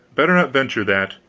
better not venture that.